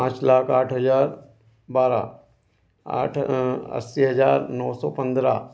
पाँच लाख आठ हजार बारह आठ अस्सी हजार नौ सौ पंद्रह